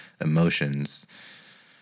emotions